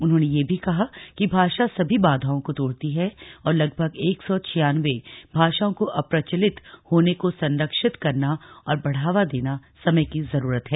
उन्होंने यह भी कहा कि भाषा सभी बाधाओं को तोड़ती है और लगभग एक सौ छियान्बे भाषाओं को अप्रचलित होने को संरक्षित करना और बढ़ावा देना समय की जरूरत है